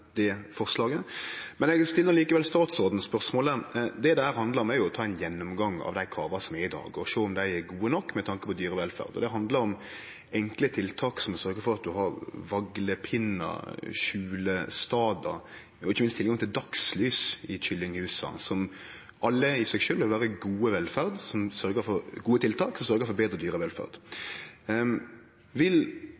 Det dette handlar om, er å ta ein gjennomgang av dei krava som er i dag, og sjå om dei er gode nok med tanke på dyrevelferd. Det handlar om enkle tiltak, som å sørgje for at ein har vaglepinnar, skjulestader og ikkje minst tilgang til dagslys i kyllinghusa – tiltak som alle i seg sjølv vil vere gode tiltak for å sørgje for betre dyrevelferd.